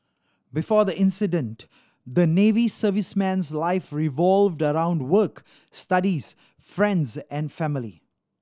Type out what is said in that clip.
before the incident the Navy serviceman's life revolved around work studies friends and family